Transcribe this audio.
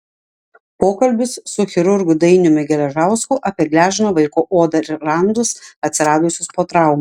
pokalbis su chirurgu dainiumi geležausku apie gležną vaiko odą ir randus atsiradusius po traumų